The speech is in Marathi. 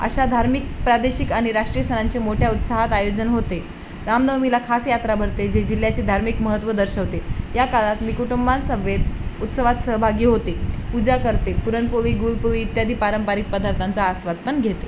अशा धार्मिक प्रादेशिक आणि राष्ट्रीय सणांचे मोठ्या उत्साहात आयोजन होते रामनवमीला खास यात्रा भरते जे जिल्ह्याचे धार्मिक महत्त्व दर्शवते या काळात मी कुटुंबांसमवेत उत्सवात सहभागी होते पूजा करते पुरणपोळी गुळपोळी इत्यादी पारंपरिक पदार्थांचा आस्वाद पण घेतो